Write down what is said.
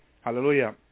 Hallelujah